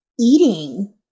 eating